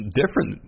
different